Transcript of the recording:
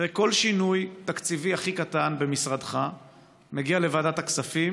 כל שינוי תקציבי הכי קטן במשרדך מגיע לוועדת הכספים